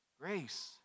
Grace